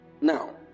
Now